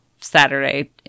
saturday